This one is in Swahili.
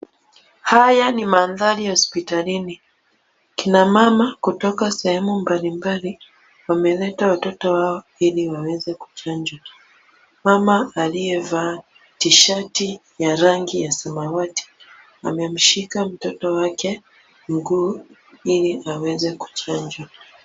Haya ni mandhari ya hospitalini. Kina mama kutoka sehemu mbalimbali wameleta watoto wao Ili waweze kuchanjwa. Mama aliye vaa tishati ya rangi ya samawati amemshika mtoto wake mguu Ili aweze kuchanjwa.